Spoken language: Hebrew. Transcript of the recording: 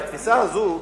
בתפיסה הזאת,